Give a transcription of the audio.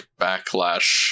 backlash